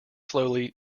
slowly